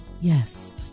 Yes